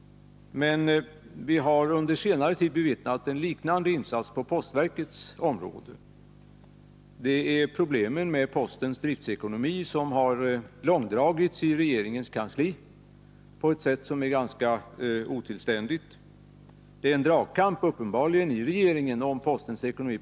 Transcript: Vi har emellertid under senare tid bevittnat en liknande insats på postverkets område. Det är problemen med postens driftekonomi som har långdragits i regeringens kansli på ett ganska otillständigt sätt. Det är uppenbarligen en dragkamp i regeringen om postens ekonomi.